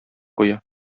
куя